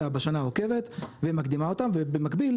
בשנה העוקבת ומקדימה אותם ובמקביל,